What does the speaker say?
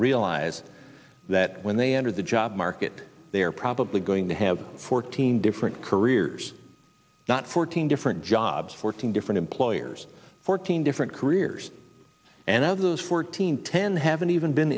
realize that when they enter the job market they are probably going to have fourteen different careers not fourteen different jobs fourteen different employers fourteen different careers and of those fourteen ten haven't even been